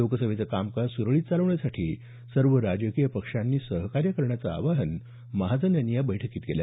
लोकसभेचं कामकाज सुरळीत चालवण्यासाठी सर्व राजकीय पक्षांनी सहकार्य करण्याचं आवाहन महाजन यांनी या बैठकीत केलं